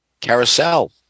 Carousel